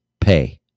pay